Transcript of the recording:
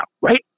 Right